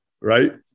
right